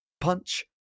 punch